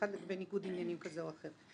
ואחד לגבי ניגוד עניינים כזה או אחר.